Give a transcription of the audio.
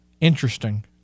Interesting